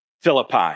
Philippi